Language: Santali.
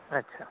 ᱟᱪᱷᱟ